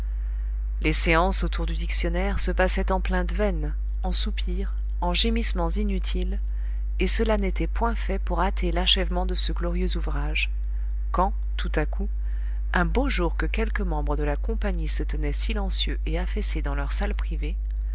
les séances autour du dictionnaire se passaient en plaintes vaines en soupirs en gémissements inutiles et cela n'était point fait pour hâter l'achèvement de ce glorieux ouvrage quand tout à coup un beau jour que quelques membres de la compagnie se tenaient silencieux et affaissés dans leur salle privée